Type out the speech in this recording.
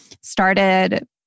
started